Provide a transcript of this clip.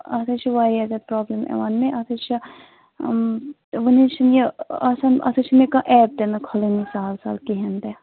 اتھ حظ چھُ واریاہ زیادٕ پرٛابلِم یِوان مےٚ اتھ حظ چھَ وۅنۍ حظ چھُ یہِ آسان اتھ حظ چھےٚ نہٕ مےٚ کانٛہہ ایٚپ تہِ نہٕ کھُلانٕے سَہل سَہل کِہیٖنٛۍ تہِ